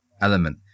element